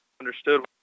understood